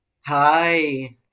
Hi